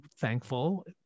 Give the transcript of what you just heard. thankful